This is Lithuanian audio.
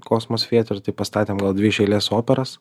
kosmos theatre tai pastatėm dvi iš eilės operas